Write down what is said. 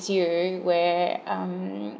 as you where um